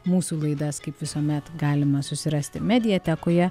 mūsų laidas kaip visuomet galima susirasti mediatekoje